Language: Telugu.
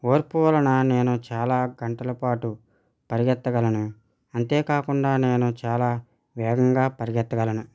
ఓర్పు వలన నేను చాలా గంటలపాటు పరిగెత్తగలను అంతేకాకుండా నేను చాలా వేగంగా పరిగెత్తగలను